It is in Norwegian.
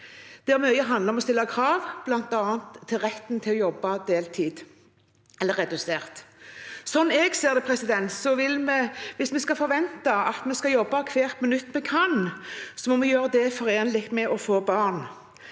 mye handler om å stille krav, bl.a. om retten til å jobbe deltid eller redusert. Sånn jeg ser det, må vi, hvis vi skal forvente at vi skal jobbe hvert minutt vi kan, gjøre dette forenlig med å få barn.